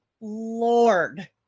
Lord